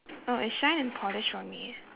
oh it's shine and polish for me